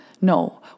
No